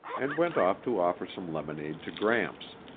and went off to offer some lemonade to gramps.